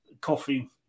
coffee